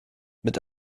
mit